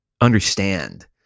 understand